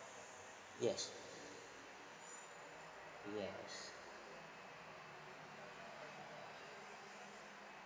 yes yes